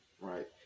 right